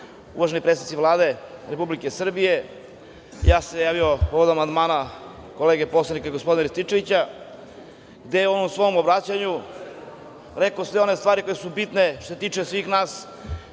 uvaženi predstavnici Vlade Republike Srbije, ja sam se javio povodom amandmana kolege poslanika gospodina Rističevića, gde je on u svom obraćanju rekao sve one stvari koje su bitne što se tiču svih nas